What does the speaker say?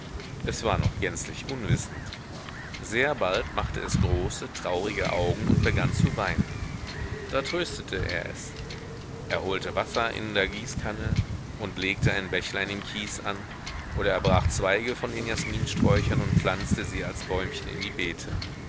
es war noch gänzlich unwissend sehr bald machte es große traurige augen und begann zu weinen da tröstete er es er holte wasser in der gießkanne und legte ein bächlein im kies an oder er brach zweige von den jasminsträuchern und pflanze sie als bäumchen in die beete